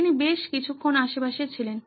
তিনি বেশ কিছুক্ষণ আশেপাশে ছিলেন